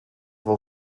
wel